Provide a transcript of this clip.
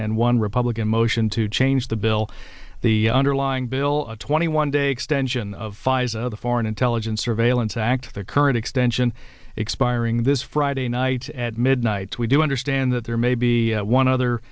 and one republican motion to change the bill the underlying bill a twenty one day extension of the foreign intelligence surveillance act the current extension expiring this friday night at midnight we do understand that there may be one